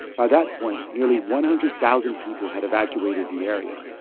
by that point, nearly one hundred thousand people had evacuated the area.